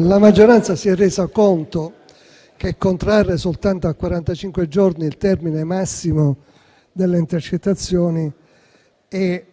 la maggioranza si sia resa conto che contrarre soltanto a quarantacinque giorni il termine massimo delle intercettazioni è